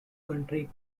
country